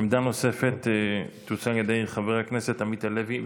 עמדה נוספת תוצג על ידי חבר הכנסת עמית הלוי,